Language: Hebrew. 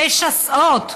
משסעות.